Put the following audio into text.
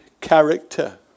character